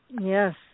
Yes